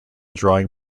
drawing